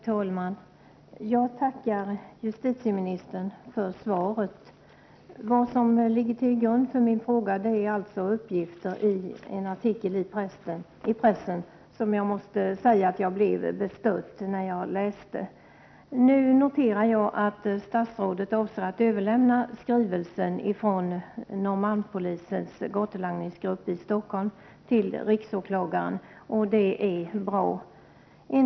Herr talman! Jag tackar justitieministern för svaret. Det som ligger till grund för min fråga är uppgifter i en artikel i pressen. Jag måste säga att jag blev bestört när jag läste den artikeln. Jag noterar att statsrådet avser att överlämna nämnda skrivelse från Norrmalmspolisens gatulangningsgrupp i Stockholm till riksåklagaren. Det tycker jag är bra.